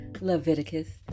Leviticus